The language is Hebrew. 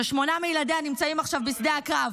ששמונה מילדיה נמצאים עכשיו בשדה הקרב,